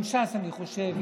גם ש"ס, אני חושב.